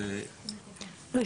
אבל